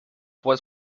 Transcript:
was